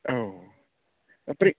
औ ओफ्रि